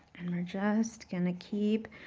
and we're just gonna keep